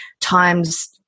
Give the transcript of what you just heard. times –